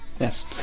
Yes